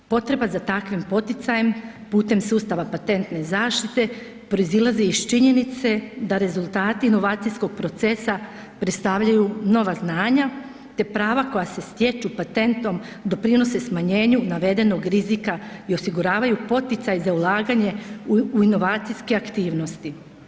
Potreba za takvim poticajem putem sustava patentne zaštite proizilazi iz činjenice da rezultati inovacijskog procesa predstavljaju nova znanja te prava koja se stječu patentom doprinose smanjenju navedenog rizika i osiguravaju poticaj za ulaganje u inovacijske aktivnosti.